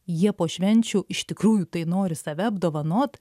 jie po švenčių iš tikrųjų tai nori save apdovanot